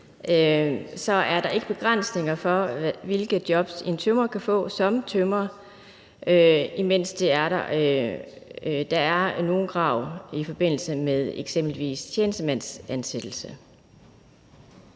er der ikke begrænsninger for, hvilke jobs en tømrer kan få som tømrer, imens der er nogle krav i forbindelse med eksempelvis tjenestemandsansættelse.